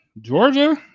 georgia